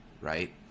Right